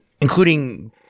including